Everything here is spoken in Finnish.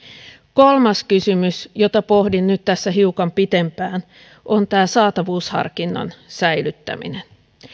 kolmas kysymys jota pohdin nyt tässä hiukan pitempään on tämä saatavuusharkinnan säilyttäminen